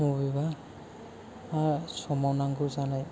बबेबा समाव नांगौ जानाय